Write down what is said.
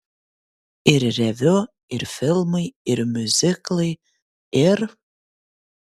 ir reviu ir filmai ir miuziklai ir